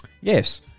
yes